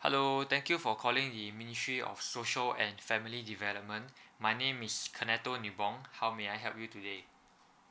hello thank you for calling the ministry of social and family development my name is Kenneto de be bong how may I help you today